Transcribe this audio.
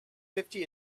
fifty